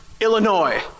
Illinois